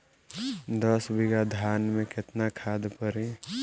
दस बिघा धान मे केतना खाद परी?